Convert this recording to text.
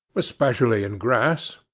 especially in grass,